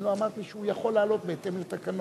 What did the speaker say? אם לא אמרת לי שהוא יכול להעלות בהתאם לתקנון.